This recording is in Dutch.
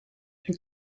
een